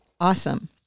awesome